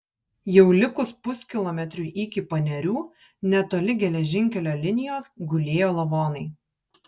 jau likus puskilometriui iki panerių netoli geležinkelio linijos gulėjo lavonai